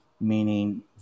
meaning